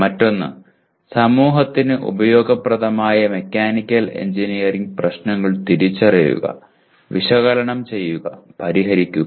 മറ്റൊന്ന് സമൂഹത്തിന് ഉപയോഗപ്രദമായ മെക്കാനിക്കൽ എഞ്ചിനീയറിംഗ് പ്രശ്നങ്ങൾ തിരിച്ചറിയുക വിശകലനം ചെയ്യുക പരിഹരിക്കുക